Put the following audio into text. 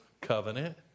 covenant